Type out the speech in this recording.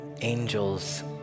angels